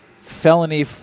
felony